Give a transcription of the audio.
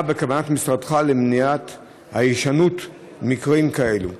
2. מה בכוונת משרדך לעשות למניעת הישנות מקרים כאלה?